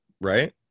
right